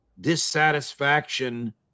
Dissatisfaction